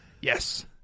Yes